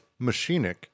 machinic